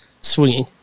swinging